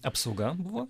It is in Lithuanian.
apsauga buvo